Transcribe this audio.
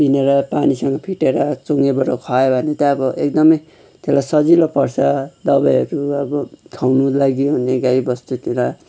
पिँधेर पानीसँग फिटेर चोङ्गेबाट खुवायो भने चाहिँ अब एकदमै त्यसलाई सजिलो पर्छ दबाईहरू अब खुवाउनुको लागि हो भने गाई बस्तुतिर